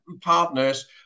partners